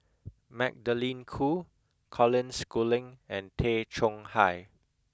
Magdalene Khoo Colin Schooling and Tay Chong Hai